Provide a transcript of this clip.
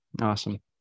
Awesome